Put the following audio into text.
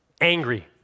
angry